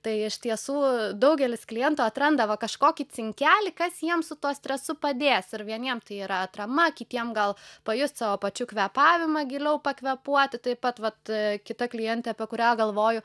tai iš tiesų daugelis klientų atranda va kažkokį cinkelį kas jiem su tuo stresu padės ir vieniem tai yra atrama kitiem gal pajust savo pačių kvėpavimą giliau pakvėpuoti taip pat vat kita klientė apie kurią galvoju